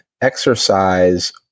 exercise